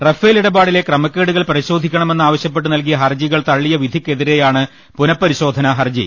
Rafale ഇടപാടിലെ ക്രമക്കേടുകൾ പരിശോധിക്കണമെന്നാ വശ്യപ്പെട്ട് നൽകിയ ഹർജികൾ തള്ളിയ വിധിക്കെതിരെയാണ് പുനപരി ശോധനാ ഹർജി